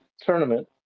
tournament